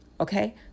Okay